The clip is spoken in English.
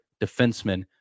defenseman